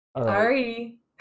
Sorry